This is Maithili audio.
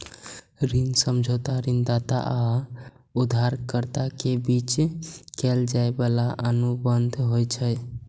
ऋण समझौता ऋणदाता आ उधारकर्ता के बीच कैल जाइ बला अनुबंध होइ छै